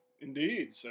Indeed